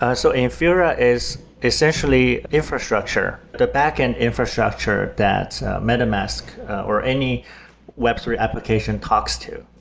ah so infura is essentially infrastructure, the backend infrastructure that metamask or any web three application talks to.